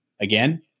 again